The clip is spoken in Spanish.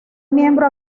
miembro